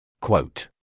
Quote